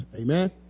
Amen